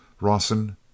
Rawson